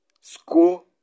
school